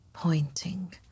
pointing